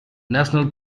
national